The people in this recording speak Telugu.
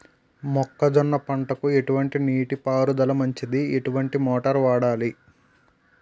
మొక్కజొన్న పంటకు ఎటువంటి నీటి పారుదల మంచిది? ఎటువంటి మోటార్ వాడాలి?